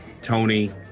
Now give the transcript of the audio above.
Tony